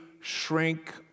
shrink